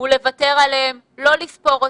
ולוותר עליהם, לא לספור אותם,